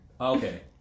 okay